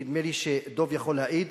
נדמה לי שדב יכול להעיד